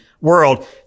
world